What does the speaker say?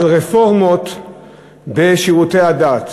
על רפורמות בשירותי הדת,